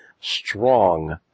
strong